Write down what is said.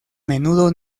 menudo